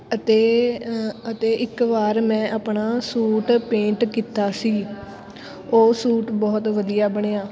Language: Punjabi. ਅਤੇ ਅਤੇ ਇੱਕ ਵਾਰ ਮੈਂ ਆਪਣਾ ਸੂਟ ਪੇਂਟ ਕੀਤਾ ਸੀ ਉਹ ਸੂਟ ਬਹੁਤ ਵਧੀਆ ਬਣਿਆ